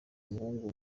umuhungu